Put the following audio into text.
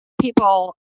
people